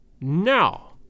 now